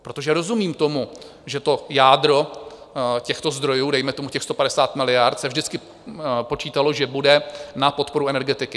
Protože rozumím tomu, že jádro těchto zdrojů, dejme tomu těch 150 miliard, se vždycky počítalo, že bude na podporu energetiky.